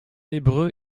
hébreu